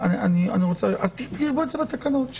תכתבו את זה בתקנות.